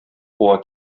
куа